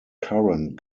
current